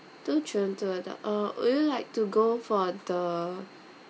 two children two adult uh would you like to go for the